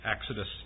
Exodus